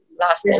last